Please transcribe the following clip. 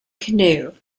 canoe